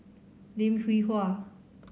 Lim Hwee Hua